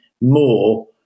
more